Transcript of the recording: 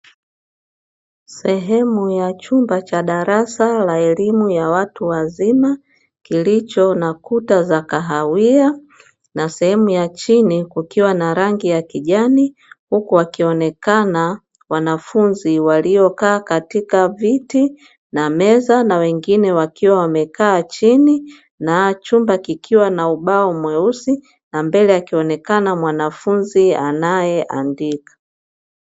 Sehemu ya chumba cha darasa la elimu ya watu wazima, kilicho na kuta za kahawia na sehemu ya chini kukiwa na rangi ya kijani huku wakionekana wanafunzi waliokaa katika viti na meza, na wengine wakiwa wamekaa chini na chumba kikiwa na ubao mweusi na mbele akionekana mwanafunzi anayeandika.